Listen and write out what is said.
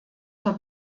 zur